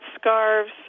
scarves